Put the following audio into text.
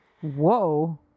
Whoa